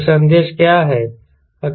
तो संदेश क्या है